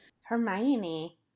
Hermione